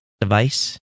device